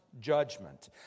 judgment